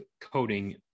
coding